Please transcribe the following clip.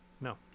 No